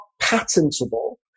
patentable